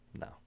No